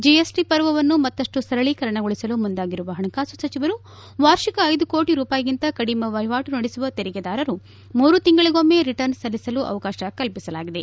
GST ಪರ್ವವನ್ನು ಮತ್ತಷ್ಟು ಸರಳೀಕರಣಗೊಳಿಸಲು ಮುಂದಾಗಿರುವ ಹಣಕಾಸು ಸಚಿವರು ವಾರ್ಷಿಕ ಐದು ಕೋಟಿ ರೂಪಾಯಿಗಿಂತ ಕಡಿಮೆ ವಹಿವಾಟು ನಡೆಸುವ ತೆರಿಗೆದಾರರು ಮೂರು ತಿಂಗಳಿಗೊಮ್ನೆ ರಿಟರ್ನ್ಸ್ ಸಲ್ಲಿಸಲು ಅವಕಾಶ ಕಲ್ಪಿಸಲಾಗಿದೆ